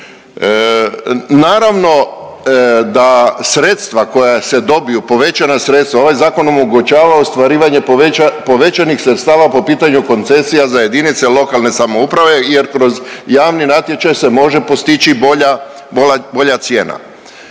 Naravno da sredstva koja se dobiju, povećana sredstva, ovaj zakon omogućava ostvarivanje povećanih sredstava po pitanju koncesija za jedinice lokalne samouprave jer kroz javni natječaj se može postići bolja cijena.